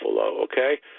okay